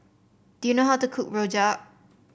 do you know how to cook Rojak